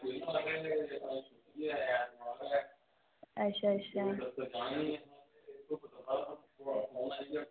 अच्छा अच्छा